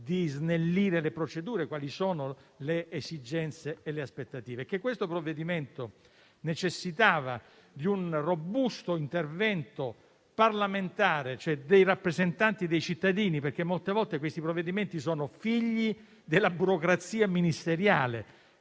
e snellire le procedure, quali sono le esigenze e le aspettative. Il provvedimento in esame necessitava di un robusto intervento parlamentare, e cioè dei rappresentanti dei cittadini, perché molte volte i provvedimenti sono figli della burocrazia ministeriale,